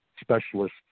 specialist